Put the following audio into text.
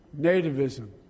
nativism